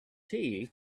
tea